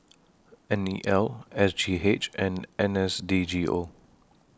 N E L S G H and N S D G O